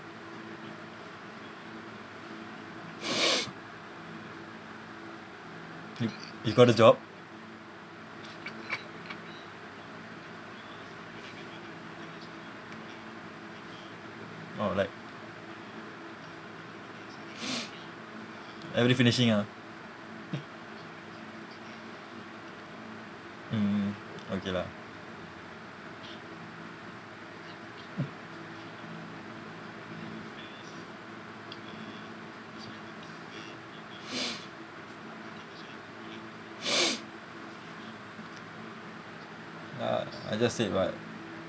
you you got a job alright already finishing ya mm okay lah ya I just said [what]